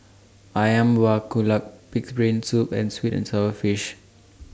Ayam Buah Keluak Pig'S Brain Soup and Sweet and Sour Fish